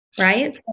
right